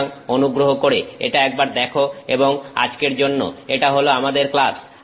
সুতরাং অনুগ্রহ করে এটা একবার দেখো এবং আজকের জন্য এটা হলো আমাদের ক্লাস